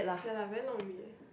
ya la very long already